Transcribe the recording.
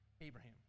Abraham